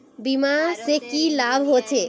बीमा से की लाभ होचे?